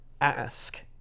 ask